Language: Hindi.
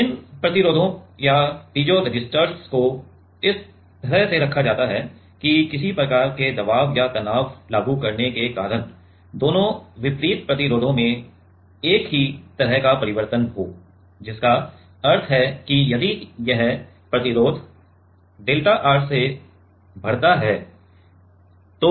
इन प्रतिरोधों या पीज़ोरेसिस्टर्स को इस तरह से रखा जाता है कि किसी प्रकार के दबाव या तनाव लागू करने के कारण दोनों विपरीत प्रतिरोधों में एक ही तरह का परिवर्तन हो जिसका अर्थ है कि यदि यह प्रतिरोध डेल्टा R से बढ़ता है तो